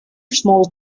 small